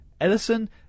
Edison –